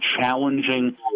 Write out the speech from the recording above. challenging